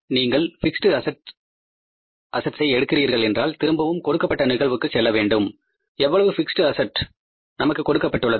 நீங்கள் fixed assets ஐ எடுக்கிறீர்கள் என்றால் திரும்பவும் கொடுக்கப்பட்ட நிகழ்வுக்கு செல்லவேண்டும் எவ்வளவு பிக்ஸ்ட் அஸெட்ஸ் நமக்கு கொடுக்கப்பட்டுள்ளது